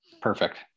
perfect